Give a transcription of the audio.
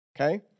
okay